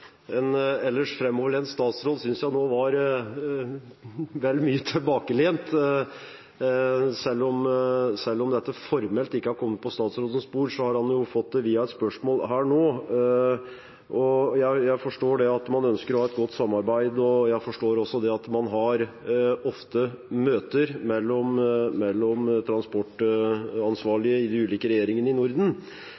ellers framoverlent statsråd synes jeg nå var vel mye tilbakelent. Selv om dette formelt ikke har kommet på statsrådens bord, har han jo fått det via et spørsmål her nå. Jeg forstår at man ønsker å ha et godt samarbeid, og jeg forstår også at man ofte har møter mellom